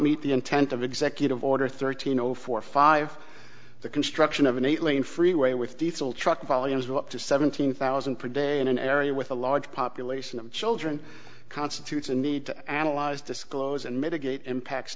meet the intent of executive order thirteen zero four five the construction of an eight lane freeway with diesel truck volumes of up to seventeen thousand pre date in an area with a large population of children constitutes a need to analyze disclose and mitigate impacts